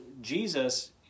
Jesus